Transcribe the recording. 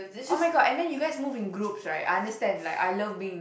[oh]-my-god and then you guys move in groups right I understand like I love being